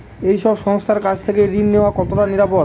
এই সব সংস্থার কাছ থেকে ঋণ নেওয়া কতটা নিরাপদ?